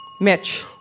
Mitch